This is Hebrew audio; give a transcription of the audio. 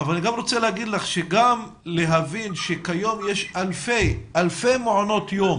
אני רוצה לומר שכיום יש אלפי מעונות יום